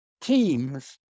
teams